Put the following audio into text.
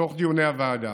בתוך דיוני הוועדה,